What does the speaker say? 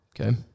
Okay